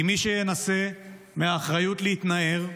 כי מי שינסה לאחריות להתנער,